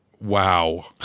Wow